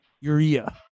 urea